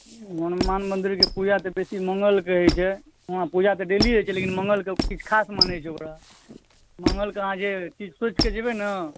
हनुमान मन्दिरके पूजा तऽ बेसी मङ्गलके होइ छै ओना पूजा तऽ डेली होइ छै लेकिन मङ्गलके किछु खास मानै छै ओकरा मङ्गलके अहाँ किछु सोचिके जेबै ने